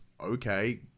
Okay